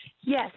Yes